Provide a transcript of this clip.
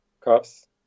cuffs